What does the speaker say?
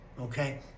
okay